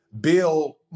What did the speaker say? Bill